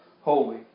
holy